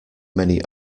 many